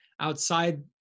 outside